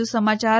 વધુ સમાચાર